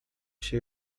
się